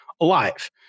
alive